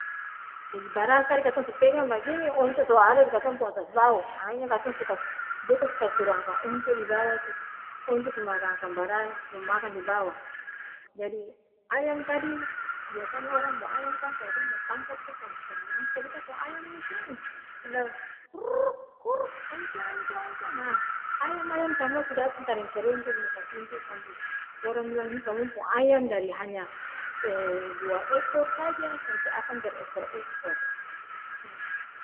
Jadi baras tadi katong su pegang bagini onco su ada di katong pung atas bahu ahi nya katong su kas, beta su kas turung akang onco di bawa tu, onco su makang akang baras, su makang di bawa jadi ayam tadi biasa nya orang pung ayam kan kalo dong mo tangkap itu paleng s'tenga mati tapi beta pung ayam ni seng! Tinggal kuuurrrkk kuurrrkk onco, onco, onco, haa ayam-ayam samua su datang tarengke-rengke di muka pintu tu sampe, orang bilang hi kamong pung ayam dari hanya dua ekor saja sampe akang ber ekor-ekor ha.